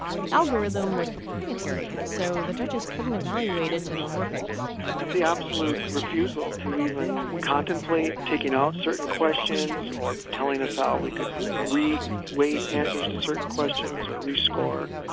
the algorithm was proprietary so the judges couldn't evaluate its and inner workings the absolute refusal to even contemplate taking out certain questions or telling us how we could we wait answers to certain questions or rescore.